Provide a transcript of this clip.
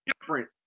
different